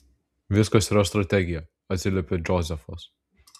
viskas yra strategija atsiliepia džozefas